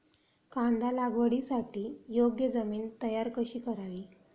कांदा लागवडीसाठी योग्य जमीन तयार कशी करावी?